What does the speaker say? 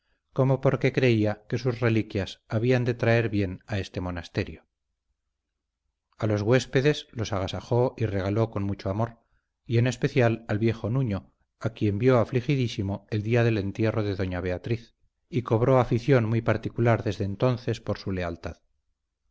como porque creía que sus reliquias habían de traer bien a este monasterio a los huéspedes los agasajó y regaló con mucho amor y en especial al viejo nuño a quien vio afligidísimo el día del entierro de doña beatriz y cobró afición muy particular desde entonces por su lealtad